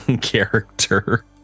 character